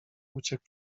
uciekł